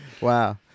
Wow